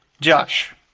Josh